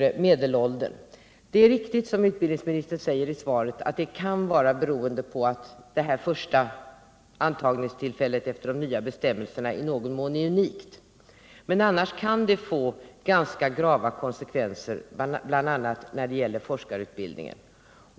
Det 61 tillträde till högskolestudier är riktigt, som utbildningsministern säger i svaret, att orsaken kan vara att det första antagningstillfället efter införandet av de nya bestämmelserna är i någon mån unikt. Men annars kan det bli ganska grava konsekvenser, bl.a. när det gäller forskarutbildningen.